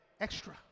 Extra